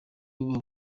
buba